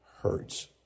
hurts